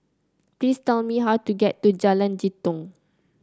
please tell me how to get to Jalan Jitong